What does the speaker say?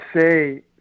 say